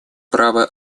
право